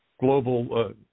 global